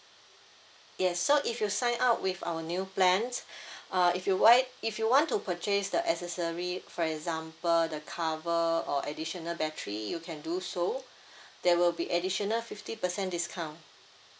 yes so if you sign up with our new plan uh if you want if you want to purchase the accessory for example the cover or additional battery you can do so there will be additional fifty percent discount